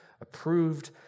approved